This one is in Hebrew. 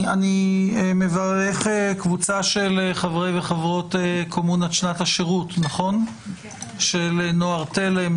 אני מברך קבוצה של חברי וחברות קומונת שנת השירות של נוער תל"ם,